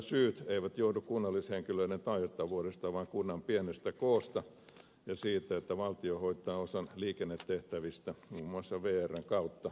ne eivät johdu kunnallishenkilöiden taitavuudesta vaan kunnan pienestä koosta ja siitä että valtio hoitaa osan liikennetehtävistä muun muassa vrn kautta ilman kunnan kustannusosuutta